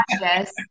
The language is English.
yes